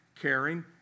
caring